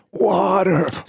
water